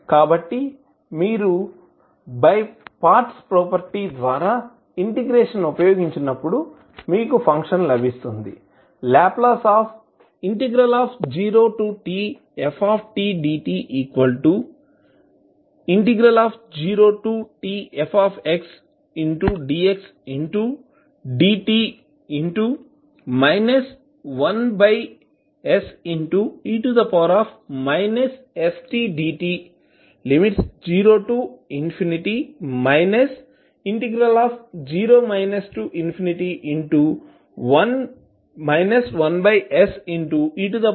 కాబట్టి మీరు by parts property ద్వారా ఇంటిగ్రేషన్ను ఉపయోగించినప్పుడు మీకు ఫంక్షన్ లభిస్తుంది L0tftdt0tfxdxdt 1se stdt|0 0 1se stftdt అవుతుంది